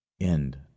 End